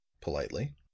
Politely